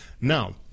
Now